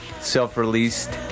self-released